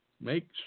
Make